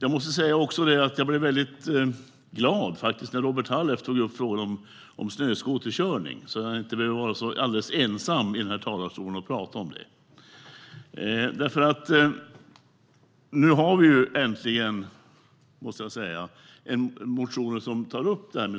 Nu tas snöskoterkörning äntligen upp i motioner.